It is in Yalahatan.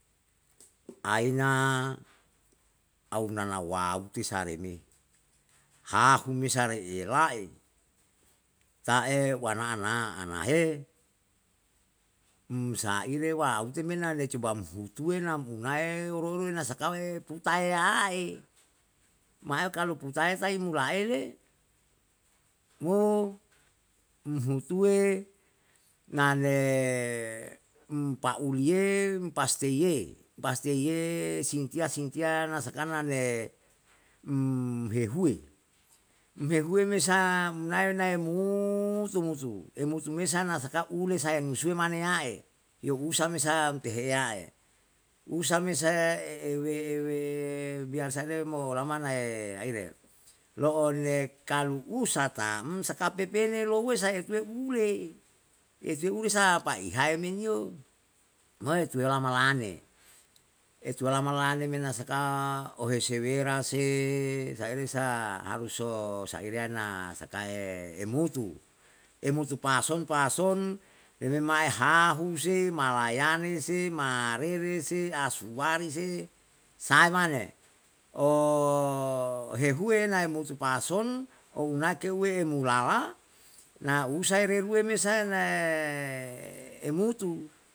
Aina aunana waute sare me, hahu me sare ela'e, ta'e wana ana anahe umsaire waute mena coba mhutuwe munae roroe na sakawa ye putae yae, ma'e kalu putae tau mulae le? Mo umhutuwe nane umpauliye, umpasteye, pasteye sintiya sintiya na sakana ne umhehuwe, umhehuwe mesa umnae nae mutu mutu, emutu me sa nasakae ure sayam nusue mane ya'e, yousa me sayam teheyae, usa me se ewe ewe biar sire mo lama nae aire, lo'one kalu usa taam, saka pepene louwe sa'e tuwe ule, etuwe ule sa paihae man yo, moe tuwe lama lane. Etuwe lama lane me na saka ohesewera se, saire sa haruso, saire na sakae emutu, emutu pason pason ememae hahu se, malayane se, marere se, asuwari se, sae mane. Ohehuwe nae mutu pason, o unae keuwe emulala, na usa ereruwe mesae nae emutu